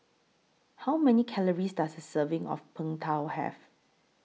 How Many Calories Does A Serving of Png Tao Have